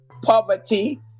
poverty